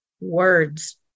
words